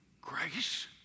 Grace